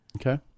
Okay